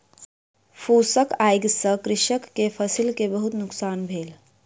फूसक आइग से कृषक के फसिल के बहुत नुकसान भेल